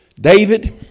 David